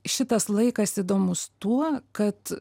šitas laikas įdomus tuo kad